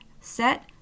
set